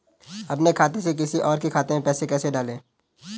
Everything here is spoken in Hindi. अपने खाते से किसी और के खाते में पैसे कैसे डालें?